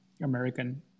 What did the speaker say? American